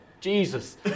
Jesus